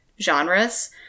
genres